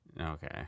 Okay